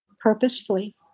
purposefully